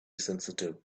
sensitive